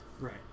Right